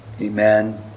amen